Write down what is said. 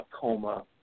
coma